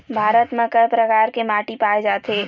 भारत म कय प्रकार के माटी पाए जाथे?